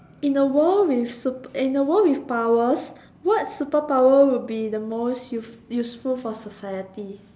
in a world with super in a world with powers what superpower would be the most use~ useful for society